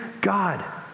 God